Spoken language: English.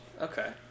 Okay